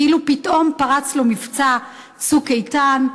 כאילו פתאום פרץ לו מבצע "צוק איתן",